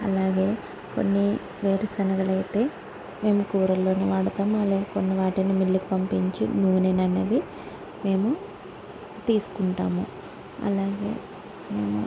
అలాగే కొన్ని వేరుశనగలు అయితే మేము కూరల్లోనూ వాడుతాము అలాగే కొన్ని వాటిని మిల్లుకు పంపించి నూనేననేవి మేము తీసుకుంటాము అలాగే